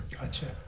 Gotcha